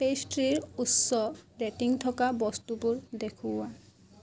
পেষ্ট্ৰিৰ উচ্চ ৰেটিং থকা বস্তুবোৰ দেখুওৱা